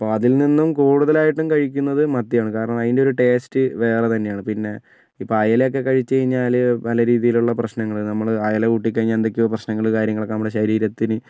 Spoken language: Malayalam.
അപ്പോൾ അതിൽ നിന്നും കൂടുതലായിട്ടും കഴിക്കുന്നത് മത്തിയാണ് കാരണം അതിൻ്റെ ഒരു ടേസ്റ്റ് വേറെ തന്നെയാണ് പിന്നെ ഇപ്പോൾ അയലയൊക്കെ കഴിച്ചു കഴിഞ്ഞാൽ പല രീതിയിലുള്ള പ്രശ്നങ്ങൾ നമ്മൾ അയല കൂട്ടി കഴിഞ്ഞാൽ എന്തൊക്കെയോ പ്രശ്നങ്ങൾ കാര്യങ്ങളൊക്കെ നമ്മുടെ ശരീരത്തിന്